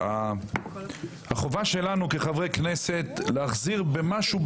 החובה שלנו כחברי כנסת להחזיר במשהו,